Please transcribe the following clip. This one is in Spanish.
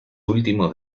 últimos